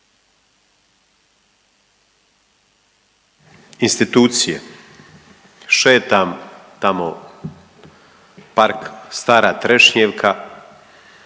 Institucije šetam tamo park stara Trešnjevka,